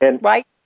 right